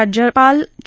राज्यपाल चे